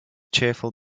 cheerful